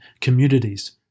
communities